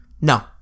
No